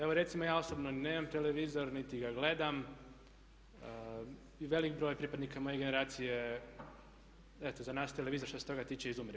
Evo recimo ja osobno nemam televizor niti ga gledam i velik broj pripadnika moje generacije eto za nas televizor što se toga tiče izumire.